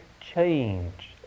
change